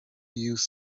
use